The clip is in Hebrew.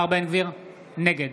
נגד